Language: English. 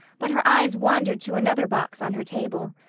but her eyes wandered to another box on her table.